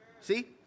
See